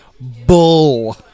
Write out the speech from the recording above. Bull